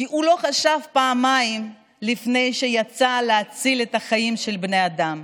כי הוא לא חשב פעמיים לפני שיצא להציל חיים של בני אדם.